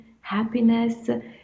happiness